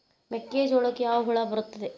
ಮೆಕ್ಕೆಜೋಳಕ್ಕೆ ಯಾವ ಹುಳ ಬರುತ್ತದೆ?